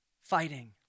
fighting